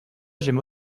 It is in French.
j’aime